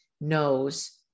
knows